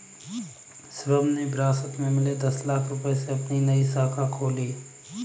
शिवम ने विरासत में मिले दस लाख रूपए से अपनी एक नई शाखा खोली